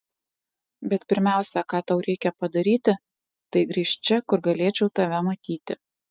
bet pirmiausia ką tau reikia padaryti tai grįžt čia kur galėčiau tave matyti